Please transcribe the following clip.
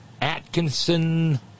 Atkinson